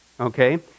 Okay